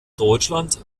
deutschland